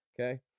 okay